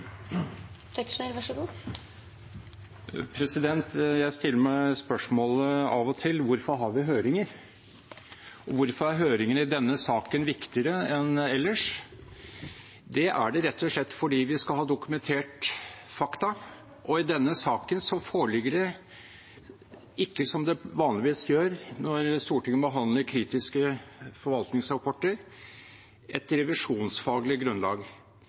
Jeg stiller meg av og til spørsmålet: Hvorfor har vi høringer? Hvorfor er høringen i denne saken viktigere enn ellers? Det er den rett og slett fordi vi skal ha dokumentert fakta. I denne saken foreligger det ikke, som det vanligvis gjør når Stortinget behandler kritiske forvaltningsrapporter, et revisjonsfaglig grunnlag.